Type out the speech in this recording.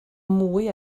mwy